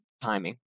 Timing